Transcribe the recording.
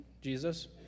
Jesus